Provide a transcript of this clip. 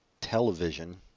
Television